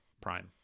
Prime